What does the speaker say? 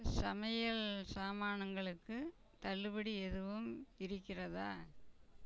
சமையல் சாமானுங்களுக்கு தள்ளுபடி எதுவும் இருக்கிறதா